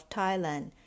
Thailand